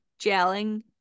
gelling